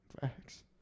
Facts